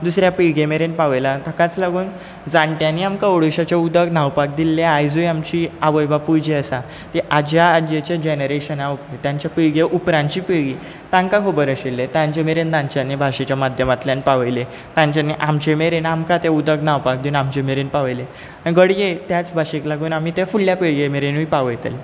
दुसऱ्या पिळगे मेरेन पावयला ताकाच लागून जाण्ट्यांनी आमकां ओडुळशाचें उदक न्हांवपाक दिल्लें आयजूय आमची आवय बापूय जी आसा ती आज्या आजयेच्या जॅनरेशना उपरां तांच्या पिळगे उपरांतची पिळगी तांकां खबर आशिल्लें तांचे मेरेन तांच्यांनी भाशेच्या माध्यमांतल्यान पावयलें तांच्यांनी आमचे मेरेन आमकां तें उदक न्हांवपाक दिवन आमचे मेरेन पावयलें आनी घडये त्याच भाशेक लागून आमी तें फुडल्या पिळगे मेरेनूय पावयतले